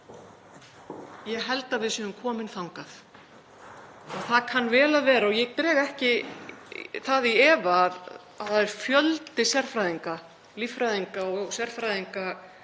Ég held að við séum komin þangað. Það kann vel að vera og ég dreg það ekki í efa að það er fjöldi sérfræðinga, líffræðinga og sérfræðinga